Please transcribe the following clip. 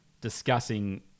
discussing